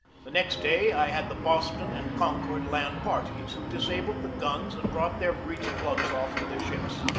the next day i had the boston and concord land parties, who disabled the guns and brought their breech-plugs off to the ships.